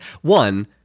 one